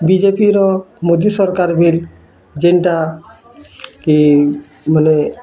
ବିଜେପିର ମୋଦି ସରକାର୍ ବି ଯେନ୍ତା କେ ମାନେ